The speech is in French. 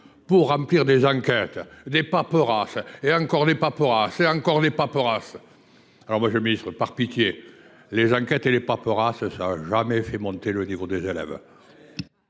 Pour remplir des enquêtes, des paperasses, encore des paperasses, et toujours des paperasses. Monsieur le ministre, par pitié, les enquêtes et les paperasses n’ont jamais fait monter le niveau des élèves